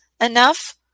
enough